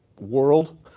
world